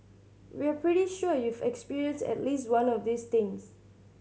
we're pretty sure you've experienced at least one of these things